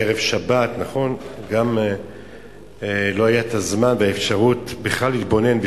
בערב שבת, לא היה הזמן והאפשרות בכלל להתבונן.